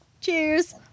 Cheers